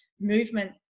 movement